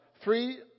three